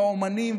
והאומנים,